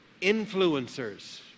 Influencers